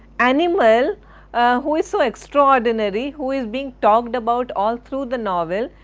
animal who is so extraordinary, who is being talked about all through the novel,